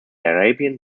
arabian